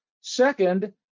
Second